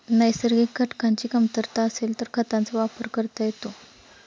नैसर्गिक घटकांची कमतरता असेल तर खतांचा वापर करता येतो